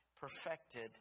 perfected